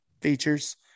features